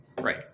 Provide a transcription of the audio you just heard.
right